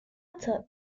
third